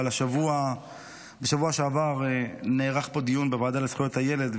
אבל בשבוע שעבר נערך פה דיון בוועדה לזכויות הילד,